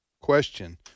question